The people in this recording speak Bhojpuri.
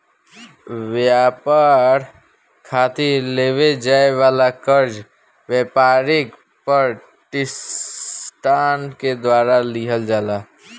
ब्यपार खातिर लेवे जाए वाला कर्जा ब्यपारिक पर तिसठान के द्वारा लिहल जाला